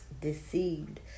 deceived